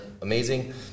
amazing